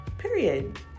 Period